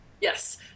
Yes